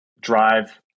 drive